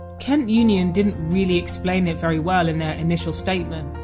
kent union didn't really explain it very well in their initial statement,